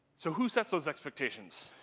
so who sets those expectations?